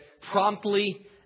promptly